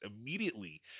Immediately